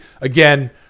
again